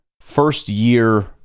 first-year